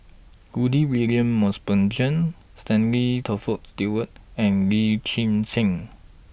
Rudy William Mosbergen Stanley Toft Stewart and Lim Chwee Chian